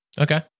Okay